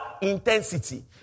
Intensity